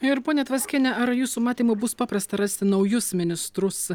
ir ponia tvaskiene ar jūsų matymu bus paprasta rasti naujus ministrus